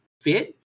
fit